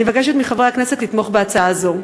לכן אני מבקשת מחברי הכנסת לתמוך בהצעה זו.